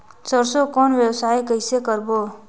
सरसो कौन व्यवसाय कइसे करबो?